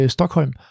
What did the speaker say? Stockholm